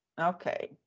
Okay